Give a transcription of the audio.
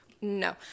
No